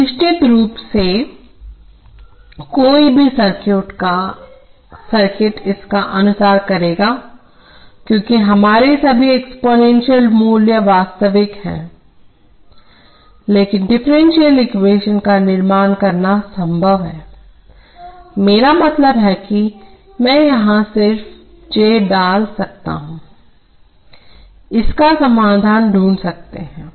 अब निश्चित रूप से कोई भी सर्किट इसका अनुसरण करेगा क्योंकि हमारे सभी एक्सपोनेंशियल मूल्य वास्तविक हैं लेकिन डिफरेंशियल ईक्वेशन का निर्माण करना संभव है मेरा मतलब है कि मैं यहां सिर्फ एक j डाल सकता हूं हम इसका समाधान ढूंढ सकते हैं